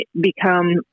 become